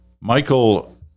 Michael